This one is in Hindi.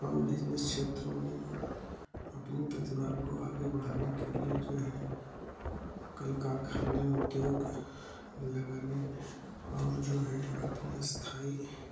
हम बिज़नस क्षेत्र में अपनी प्रतिभा को आगे बढ़ाने के लिए जो है कल कारखाने उद्योग लगाने और जो है अपने स्थाई